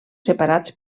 separats